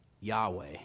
Yahweh